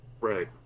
Right